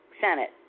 Senate